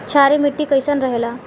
क्षारीय मिट्टी कईसन रहेला?